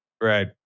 right